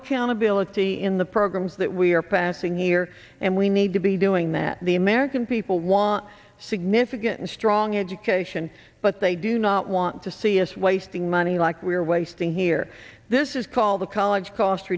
accountability in the programs that we are passing here and we need to be doing that the american people want significant and strong education but they do not want to see is wasting money like we are wasting here this is called the college cost